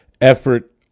effort